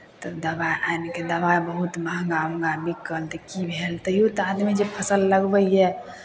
दबाइ आनि कऽ दबाइ बहुत महँगा उहँगा बिकल तऽ की भेल तैयो बहुत आदमी जे फसल लगबैए